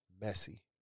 messy